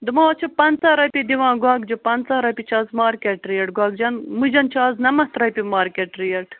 دوٚپمو اَز چھِ پنٛژاہ رۄپیہِ دِوان گۄگجہِ پنٛژاہ رۄپیہِ چھِ اَز مارکٮ۪ٹ ریٹ گۄگجَن مُجن چھِ اَز نَمَتھ رۄپیہِ مارکٮ۪ٹ ریٹ